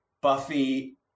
Buffy